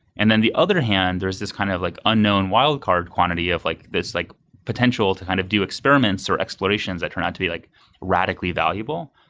and then the other hand, there is this kind of like unknown wildcard quantity of like this like potential to kind of do experiments or explorations that turn out to be like radically valuable.